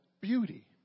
beauty